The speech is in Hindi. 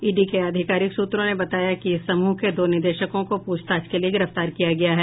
ईडी के अधिकारिक सूत्रों ने बताया कि इस समूह के दो निदेशकों को पूछताछ के लिये गिरफ्तार किया गया है